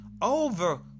over